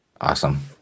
Awesome